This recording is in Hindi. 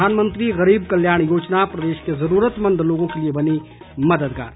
प्रधानमंत्री गरीब कल्याण योजना प्रदेश के जरूरतमंद लोगों के लिए बनी मददगार